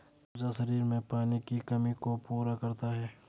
खरबूजा शरीर में पानी की कमी को पूरा करता है